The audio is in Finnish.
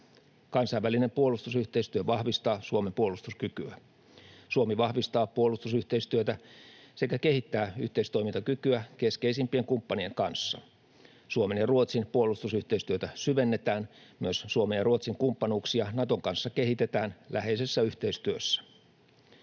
Kansainvälinen puolustusyhteistyö vahvistaa Suomen puolustuskykyä. Suomi vahvistaa puolustusyhteistyötä sekä kehittää yhteistoimintakykyä keskeisimpien kumppanien kanssa. Suomen ja Ruotsin puolustusyhteistyötä syvennetään. Myös Suomen ja Ruotsin kumppanuuksia Naton kanssa kehitetään läheisessä yhteistyössä.